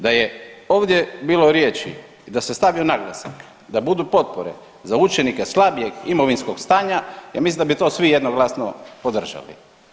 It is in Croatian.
Da je ovdje bilo riječi i da se stavio naglasak i da budu potpore za učenike slabijeg imovinskog stanja, ja mislim da bi to svi jednoglasno podržali.